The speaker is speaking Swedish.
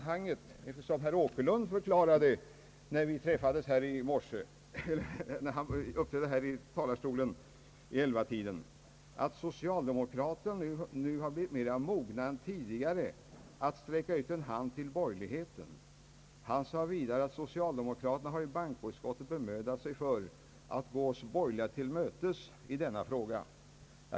Herr Åkerlund förklarade från denna talarstol vid elvatiden i dag något om att socialdemokraterna nu har blivil mer mogna än tidigare att sträcka ut en hand till borgerligheten. Han sade vidare att socialdemokraterna i bankoutskottet har bemödat sig om att gå de borgerliga till mötes i denna fråga.